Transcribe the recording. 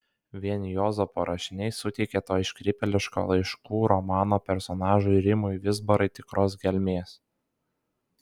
vien juozapo rašiniai suteikė to iškrypėliško laiškų romano personažui rimui vizbarai tikros gelmės